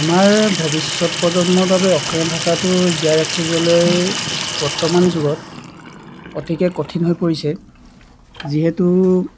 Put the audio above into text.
আমাৰ ভৱিষ্যত প্ৰজন্মৰ বাবে অসমীয়া ভাষাটো জীয়াই ৰাখিবলৈ বৰ্তমান যুগত অতিকৈ কঠিন হৈ পৰিছে যিহেতু